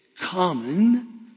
common